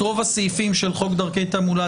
חוק דרכי תעמולה,